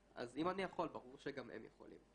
אז אם אני יכול ברור שגם הם יכולים.